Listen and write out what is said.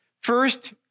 First